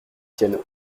piano